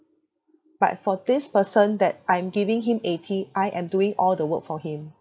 but for this person that I'm giving him eighty I am doing all the work for him